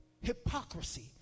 hypocrisy